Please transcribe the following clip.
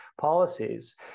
policies